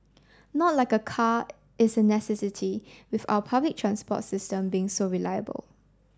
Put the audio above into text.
not like a car is a necessity with our public transport system being so reliable